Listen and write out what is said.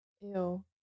Ew